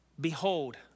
Behold